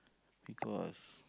because